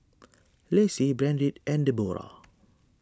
Lacy Brandt and Debora